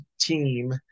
team